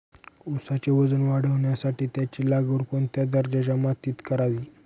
ऊसाचे वजन वाढवण्यासाठी त्याची लागवड कोणत्या दर्जाच्या मातीत करावी?